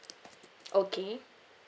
okay